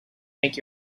make